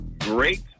great